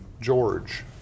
George